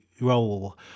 role